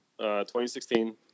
2016